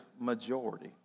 majority